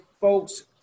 folks